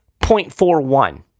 0.41